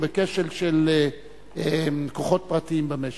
או בכשל של כוחות פרטיים במשק.